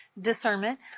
discernment